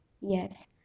Yes